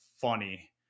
funny